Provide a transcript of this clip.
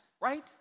right